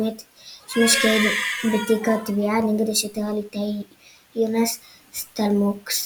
שימש כעד בתיק התביעה נגד השוטר הליטאי יונאס סטלמוקס,